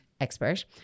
expert